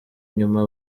nyuma